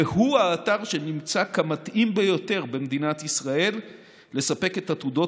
והוא האתר שנמצא מתאים ביותר במדינת ישראל לספק את עתודות